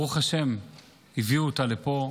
ברוך השם הביאו אותה לפה,